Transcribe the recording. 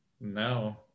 No